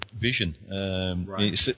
vision